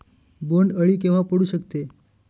बोंड अळी केव्हा पडू शकते?